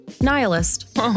nihilist